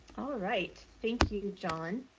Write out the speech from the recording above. all right. thank you, john.